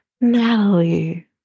Natalie